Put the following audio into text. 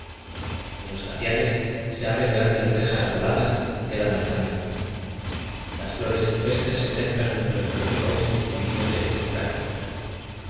en los tapiales se abren grandes rejas voladas que dan al camino las flores silvestres se mez clan entre los